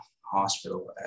Hospital